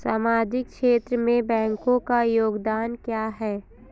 सामाजिक क्षेत्र में बैंकों का योगदान क्या है?